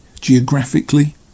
geographically